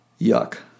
Yuck